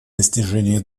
достижении